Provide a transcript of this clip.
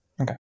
Okay